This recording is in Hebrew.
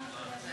הצעה